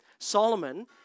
Solomon